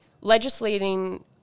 legislating